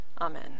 Amen